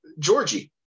Georgie